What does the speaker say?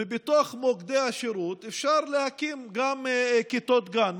ובתוך מוקדי השירות אפשר להקים גם כיתות גן.